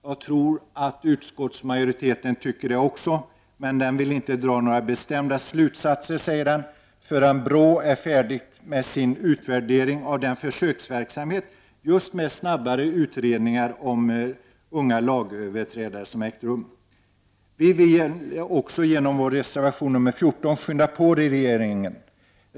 Jag tror att utskottsmajoriteten också tycker så, men den säger att den inte vill dra några bestämda slutsatser förrän brottsförebyggande rådet är färdigt med sin utvärdering av försöksverksamheten med snabbare utredningar när det gäller unga lagöverträdare. Vi vill genom vår reservation nr 14 skynda på regeringen.